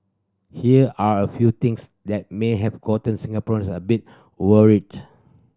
here are a few things that may have gotten Singaporeans a bit worried